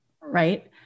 right